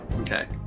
Okay